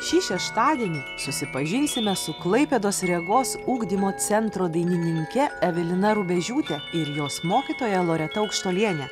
šį šeštadienį susipažinsime su klaipėdos regos ugdymo centro dainininke evelina rubežiūte ir jos mokytoja loreta aukštuoliene